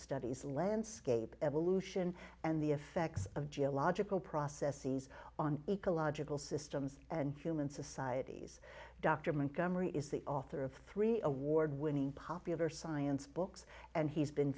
studies landscape evolution and the effects of geological processes on ecological systems and human societies dr montgomery is the author of three award winning popular science books and he's been